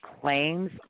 claims